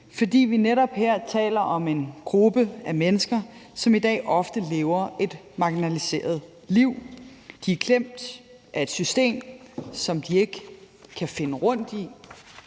fordi vi netop her taler om en gruppe af mennesker, som i dag ofte lever et marginaliseret liv. De er klemt af et system, som de ikke kan finde rundt i.